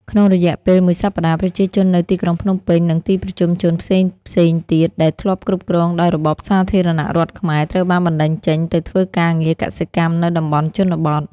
ក្នុងរយៈពេលមួយសប្តាហ៍ ប្រជាជននៅទីក្រុងភ្នំពេញ និងទីប្រជុំជនផ្សេងៗទៀត ដែលធ្លាប់គ្រប់គ្រងដោយរបបសាធារណរដ្ឋខ្មែរ ត្រូវបានបណ្តេញចេញទៅធ្វើការងារកសិកម្មនៅតំបន់ជនបទ។